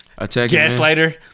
Gaslighter